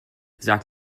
sag